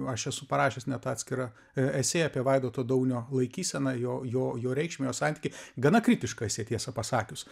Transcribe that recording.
aš esu parašęs net atskirą esė apie vaidoto daunio laikyseną jo jo jo reikšmę jo santykį gana kritišką esė tiesą pasakius